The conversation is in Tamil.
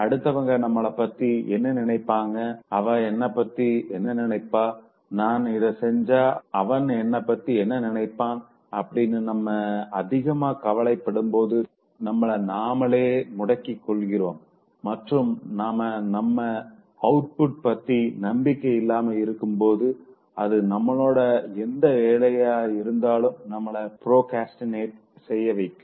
அடுத்தவங்க நம்மள பத்தி என்ன நினைப்பாங்க அவ என்ன பத்தி என்ன நினைப்பா நான் இத செஞ்சா அவன் என்ன பத்தி என்ன நினைப்பான் அப்படின்னு நம்ம அதிகமா கவலைப்படும் போது நம்மள நாமளே முடக்கிக் கொள்கிறோம் மற்றும் நாம நம்ம அவுட்புட் பத்தி நம்பிக்கை இல்லாம இருக்கும் போது அது நம்மளோட எந்த வேலையா இருந்தாலும் நம்மள ப்ரோக்ரஸ்டினேட் செய்ய வைக்கும்